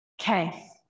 Okay